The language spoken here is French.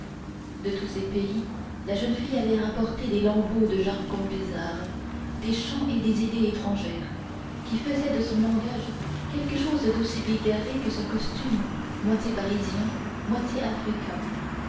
de tous ces pays la jeune fille avait rapporté des lambeaux de jargons bizarres des chants et des idées étrangères qui faisaient de son langage quelque chose d'aussi bigarré que son costume moitié parisien moitié africain